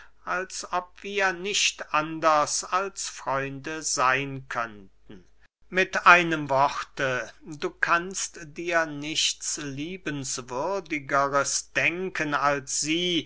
als ob wir nicht anders als freunde seyn könnten mit einem worte du kannst dir nichts liebenswürdigeres denken als sie